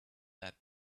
that